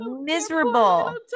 miserable